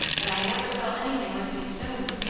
but i never felt anything like these stones.